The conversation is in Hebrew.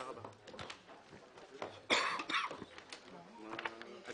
הישיבה ננעלה בשעה 13:38.